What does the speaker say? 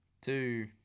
Two